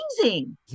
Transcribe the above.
amazing